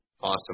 awesome